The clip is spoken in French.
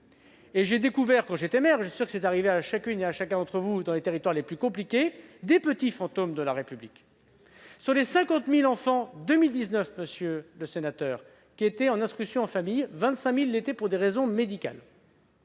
J'ai découvert, quand j'étais maire- je suis sûr que c'est arrivé à chacune et chacun d'entre vous dans les territoires les plus compliqués -, des petits fantômes de la République. En 2019, sur les 50 000 enfants qui étaient instruits en famille, 25 000 l'étaient pour des raisons médicales.